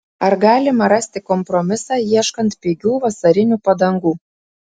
ar galima rasti kompromisą ieškant pigių vasarinių padangų